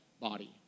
body